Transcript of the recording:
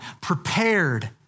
prepared